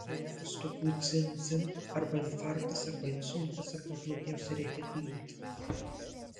keletas tokių dzin dzin arba infarktas arba insultas arba blogiausia reikia dirbti